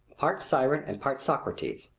part siren and part socrates,